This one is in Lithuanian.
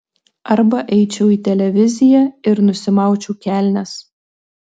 arba eičiau į televiziją ir nusimaučiau kelnes